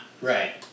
Right